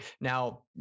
Now